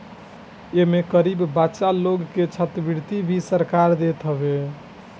एमे गरीब बच्चा लोग के छात्रवृत्ति भी सरकार देत हवे